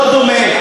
לא דומה.